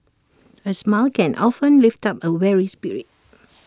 A smile can often lift up A weary spirit